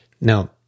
Now